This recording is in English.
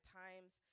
times